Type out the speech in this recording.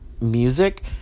music